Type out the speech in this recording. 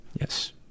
Yes